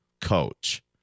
coach